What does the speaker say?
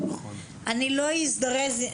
אני לא אזדרז,